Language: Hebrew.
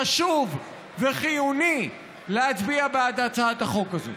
חשוב וחיוני להצביע בעד הצעת החוק הזאת.